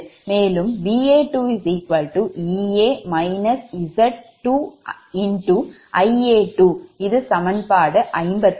அப்படி என்றால் Va1 Ea Z1Ia1 இது சமன்பாடு 55